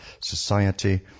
society